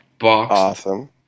Awesome